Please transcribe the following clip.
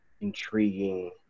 intriguing